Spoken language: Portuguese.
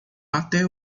até